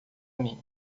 mim